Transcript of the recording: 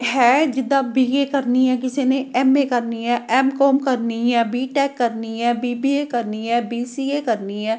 ਹੈ ਜਿੱਦਾਂ B A ਕਰਨੀ ਹੈ ਕਿਸੇ ਨੇ ਐੱਮ ਏ ਕਰਨੀ ਹੈ ਐੱਮ ਕੋਮ ਕਰਨੀ ਹੈ ਬੀ ਟੈਕ ਕਰਨੀ ਹੈ ਬੀ ਬੀ ਏ ਕਰਨੀ ਹੈ ਬੀ ਸੀ ਏ ਕਰਨੀ ਹੈ